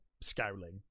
scowling